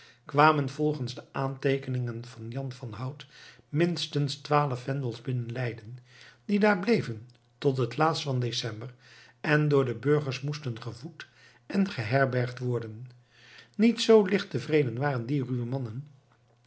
kwamen volgens de aanteekeningen van jan van hout minstens twaalf vendels binnen leiden die daar bleven tot het laatst van december en door de burgers moesten gevoed en geherbergd worden niet zoo licht tevreden waren die ruwe mannen